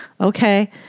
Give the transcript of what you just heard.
Okay